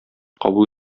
кабул